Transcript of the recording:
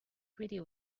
pretty